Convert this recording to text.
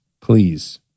Please